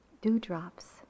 dewdrops